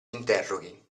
interroghi